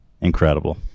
Incredible